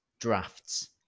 drafts